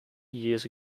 years